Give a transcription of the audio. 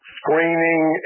screening